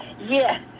yes